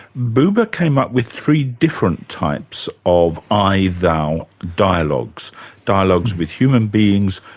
buber came up with three different types of i-thou dialogues dialogues with human beings,